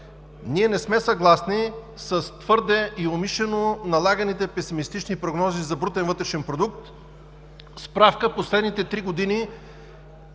не сме съгласни с твърдо и умишлено налаганите песимистични прогнози за брутен вътрешен продукт – справка, в последните три години